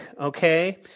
okay